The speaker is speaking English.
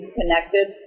connected